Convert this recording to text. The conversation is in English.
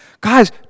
Guys